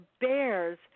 bears